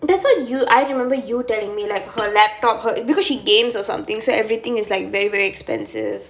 that's what you I remember you telling me like her laptop her because she games or something so everything is like very very expensive